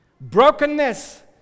Brokenness